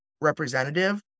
representative